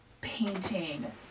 painting